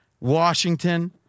Washington